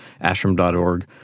ashram.org